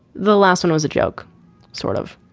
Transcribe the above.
the last one was a joke sort of.